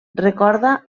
recorda